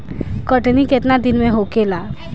कटनी केतना दिन में होखेला?